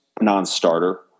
non-starter